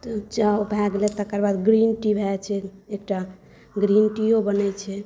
चाइ ओ भऽ गेलै तकर बाद ग्रीन टी भऽ जाइ छै एकटा ग्रीन टीओ बनै छै